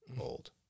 old